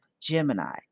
Gemini